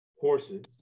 horses